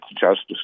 Justice